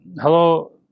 hello